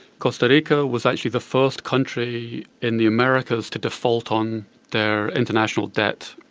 costa rica was actually the first country in the americas to default on their international debt.